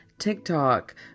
TikTok